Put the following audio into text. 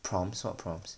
prompts what prompts